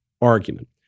argument